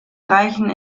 reichen